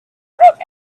broke